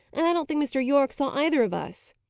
and i don't think mr. yorke saw either of us.